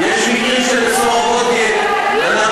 במה